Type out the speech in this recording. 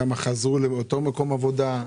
כמה חזרו לאותו מקום עבודה?